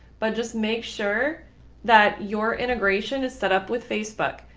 but just make sure that your integration is set up with facebook.